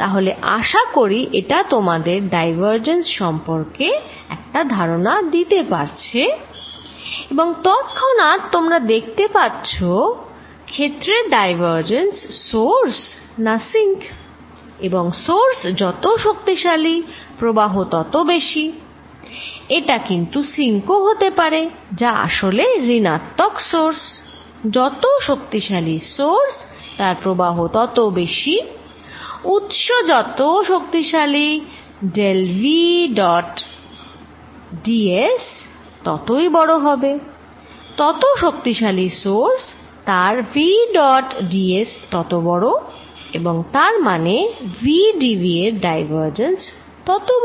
তাহলে আশাকরি এটা তোমাদের ডাইভারজেন্স সম্পর্কে একটা ধারণা দিতে পারছে এবং তৎক্ষণাৎ তোমরা দেখতে পারছো ক্ষেত্রের ডাইভারজেন্স সোর্স না সিঙ্ক এবং সোর্স যত শক্তিশালী প্রবাহ তত বেশি এটা কিন্তু সিঙ্ক ও হতে পারে যা আসলে ঋণাত্মক সোর্স যত শক্তিশালী সোর্স তার প্রবাহ তত বেশি উৎস যত শক্তিশালী del v dot d s তত বড় হবে যত শক্তিশালী সোর্স তার v ডট d s তত বড় এবং তার মানে v d v এর ডাইভারজেন্স তত বড়